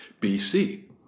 BC